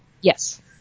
Yes